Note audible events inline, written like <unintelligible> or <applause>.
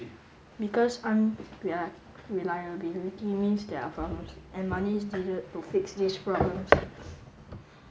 because an <unintelligible> reliability means there are problems and money is needed to fix these problems